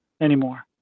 anymore